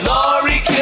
Laurie